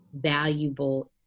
valuable